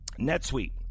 NetSuite